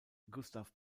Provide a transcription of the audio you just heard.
gustave